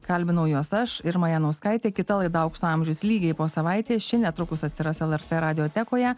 kalbinau juos aš irma janauskaitė kita laida aukso amžius lygiai po savaitės ši netrukus atsiras lrt radiotekoje